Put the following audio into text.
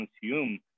consume